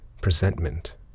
presentment